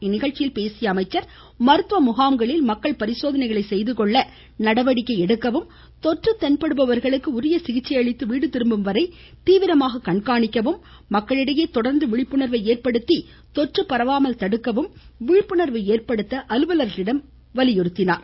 இந்நிகழ்ச்சியில் பேசிய அமைச்சர் மருத்துவ பரிசோதனை செய்துக்கொள்ள நடவடிக்கை எடுக்கவும் தொற்று தென்படுபவர்களுக்கு உரிய சிகிச்சை அளித்து வீடு திரும்பும் வரை தீவிரமாக கண்காணிக்கவும் மக்களிடையே தொடர்ந்து விழிப்புணர்வை ஏற்படுத்தி தொற்று பரவாமல் தடுக்கவும் விழிப்புணர்வு ஏற்படுத்த அலுவலர்களிடம் அமைச்சர் வலியுறுத்தினார்